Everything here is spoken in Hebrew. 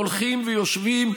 הולכים ויושבים,